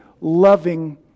loving